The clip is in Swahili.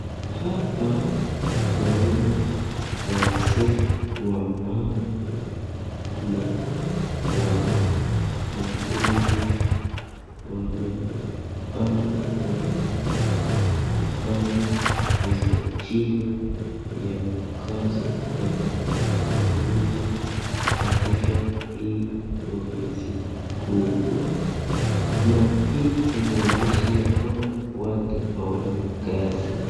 Hapa naona wazee, wamama na wanafunzi wamepanga laini kufanya usajili ya kazi tofauti tofauti katika hii ofisi kubwa. Na hii inaonyesha kwamba watu hawana kazi.